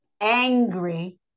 angry